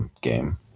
game